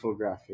infographic